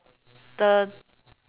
the